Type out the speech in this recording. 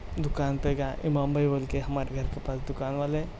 دکان پہ گیا امام بھائی بول کے ہمارے گھر کے پاس دکان والے ہیں